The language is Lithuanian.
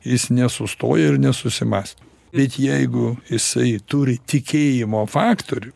jis nesustoja ir nesusimąsto bet jeigu jisai turi tikėjimo faktorių